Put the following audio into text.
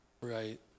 Right